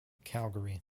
calgary